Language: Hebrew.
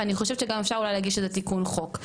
ואני חושבת שגם אפשר להגיש איזה תיקון חוק.